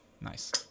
Nice